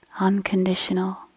Unconditional